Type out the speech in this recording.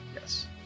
Yes